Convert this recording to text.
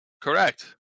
Correct